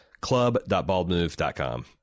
club.baldmove.com